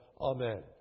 Amen